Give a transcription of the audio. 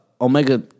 omega